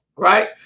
right